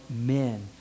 men